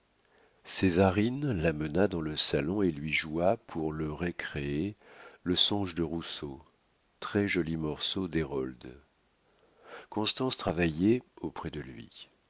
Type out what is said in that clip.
ses pertes césarine l'amena dans le salon et lui joua pour le récréer le songe de rousseau très-joli morceau d'hérold constance travaillait auprès de lui